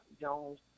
Jones